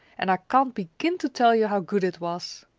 and i can't begin to tell you how good it was!